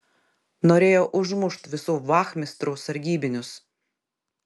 norėjo užmušt visų vachmistrų sargybinius